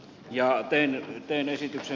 ja oikein teen esityksen